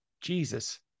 Jesus